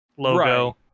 Logo